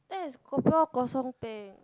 that is kopi O kosong peng